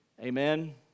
Amen